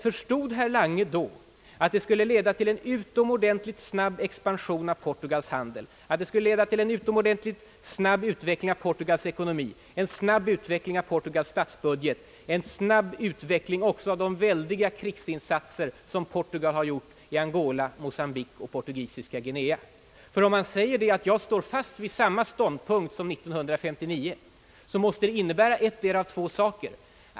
Förstod herr Lange att det skulle leda till en utomordentligt snabb expansion av Portugals handel, att det i sin tur skulle leda till en utomordentligt snabb utveckling av Portugals ekonomi, en snabb utveckling av Portugals statsbudget och en snabb utveckling av de väldiga krigsinsatser som Portugal har gjort i Angola, Mocambique och Portugisiska Guinea? Om herr Lange säger att han står fast vid samma ståndpunkt som 1959, måste det innebära endera av två saker.